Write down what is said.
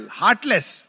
heartless